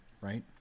Right